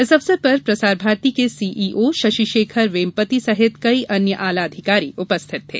इस अवसर पर प्रसार भारती के सीईओ शशिशेखर वेमपति सहित कई अन्य आला अधिकारी उपस्थित थे